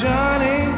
Johnny